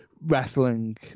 wrestling